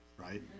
right